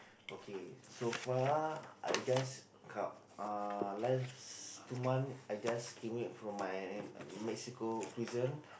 okay so far I just come uh last two months I just came back from my Mexico prison